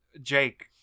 Jake